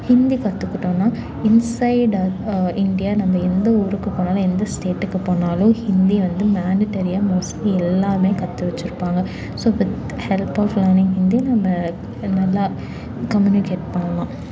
ஹிந்தி கத்துக்கிட்டோம்னா inside India நம்ம எந்த ஊருக்கு போனாலும் எந்த ஸ்டேட்டுக்கு போனாலும் ஹிந்தி வந்து மேண்டேட்ரியாக மோஸ்ட்லி எல்லோருமே கற்று வச்சுருப்பாங்க so with help of learning Hindi நம்ம நல்லா கம்யூனிகேட் பண்ணலாம்